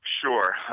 Sure